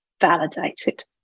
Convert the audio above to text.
validated